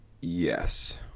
Yes